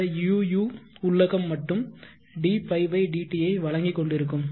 இந்த UU உள்ளகம் மட்டும் dϕ dt ஐ வழங்கி கொண்டிருக்கும்